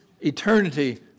eternity